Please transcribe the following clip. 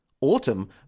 Autumn